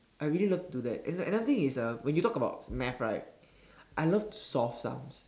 I really love to do that and another thing is uh when you talk about math right I love to solve stuff